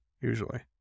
usually